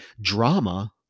drama